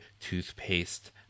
toothpaste